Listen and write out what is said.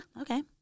okay